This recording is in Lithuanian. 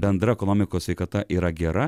bendra ekonomikos sveikata yra gera